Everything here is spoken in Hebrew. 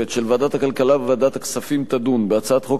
משותפת של ועדת הכלכלה וועדת הכספים תדון בהצעת חוק